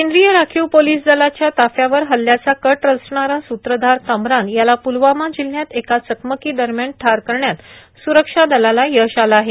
केंद्रीय राखीव पोलीस दलाच्या ताफ्यावर हल्ल्याचा कट रचणारा स्त्रधार कमरान याला प्लवामा जिल्ह्यात एका चकमकीदरम्यान ठार करण्यात सुरक्षा दलाला यश आलं आहे